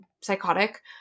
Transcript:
psychotic